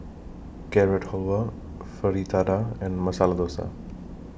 Carrot Halwa Fritada and Masala Dosa